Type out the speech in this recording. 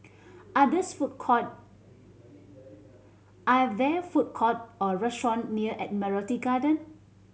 are these food court are there food court or restaurant near Admiralty Garden